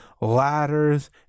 ladders